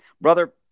brother